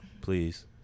Please